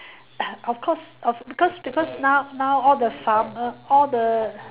of course of because because now now all the farmer all the